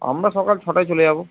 আমরা সকাল ছটায় চলে যাব